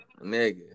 nigga